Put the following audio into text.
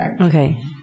Okay